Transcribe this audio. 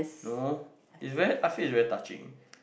no it's very I feel is very touching leh